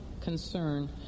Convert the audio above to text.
concern